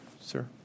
sir